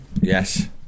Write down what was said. Yes